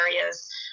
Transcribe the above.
areas